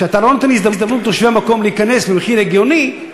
כשאתה לא נותן הזדמנות לתושבי המקום להיכנס במחיר הגיוני,